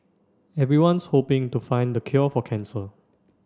everyone's hoping to find the cure for cancer